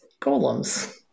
golems